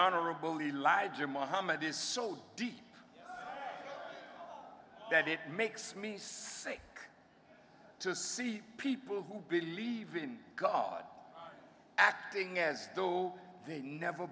honorable elijah muhammad is so deep that it makes me sick to see people who believe in god acting as though they never